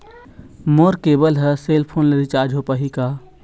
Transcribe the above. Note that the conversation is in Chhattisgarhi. मोर केबल हर सेल फोन से रिचार्ज होथे पाही का?